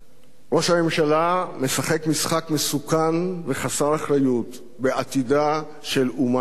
ראש הממשלה משחק משחק מסוכן וחסר אחריות בעתידה של אומה שלמה.